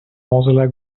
mozilla